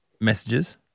messages